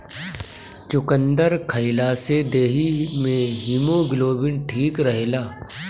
चुकंदर खइला से देहि में हिमोग्लोबिन ठीक रहेला